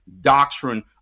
doctrine